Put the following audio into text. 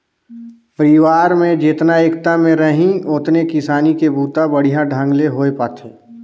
परिवार में जेतना एकता में रहीं ओतने किसानी के बूता बड़िहा ढंग ले होये पाथे